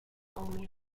only